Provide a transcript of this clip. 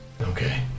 Okay